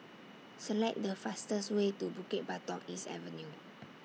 Select The fastest Way to Bukit Batok East Avenue